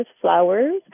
flowers